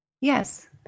Yes